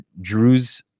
Druze